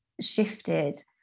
shifted